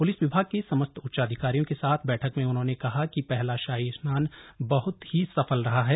police विभाग के समस्त उच्चाधिकारियों के साथ बैठक में उन्होंने कहा कि पहला शाही स्नान बह्त ही सफल रहा है